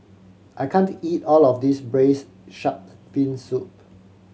I can't eat all of this Braised Shark Fin Soup